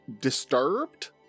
disturbed